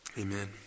Amen